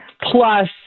plus